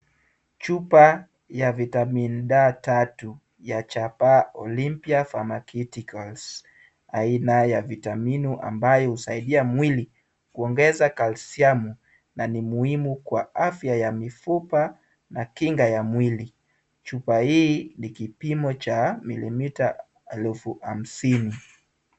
Chupa ya vitamin D3 ya chapa Olympia Pharmacuticals aina ya vitaminu ambayo husaidia mwili kuongeza kalsiamu na ni muhimu kwa afya ya mifupa na kinga ya mwili. Chupa hii ni kipimo cha mililita elfu hamsini.